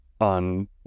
on